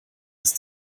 ist